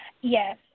Yes